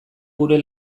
gure